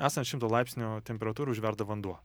esant šimto laipsnių temperatūrai užverda vanduo